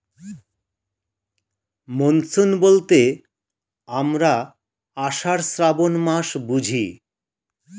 monsoon বলতে আমরা আষাঢ়, শ্রাবন মাস বুঝি